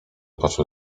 poszły